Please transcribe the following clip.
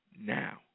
now